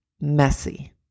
messy